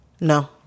no